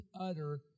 utter